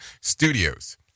studios